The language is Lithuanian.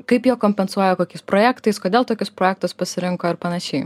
kaip jie kompensuoja kokiais projektais kodėl tokius projektus pasirinko ir panašiai